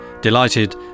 Delighted